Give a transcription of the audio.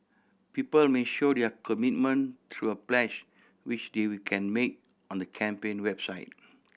people may show their commitment through a pledge which they we can make on the campaign website